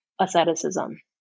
asceticism